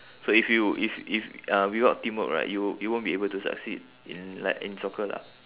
so if you if if uh without teamwork right you you won't be able to succeed in like in soccer lah